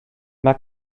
mae